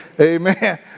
Amen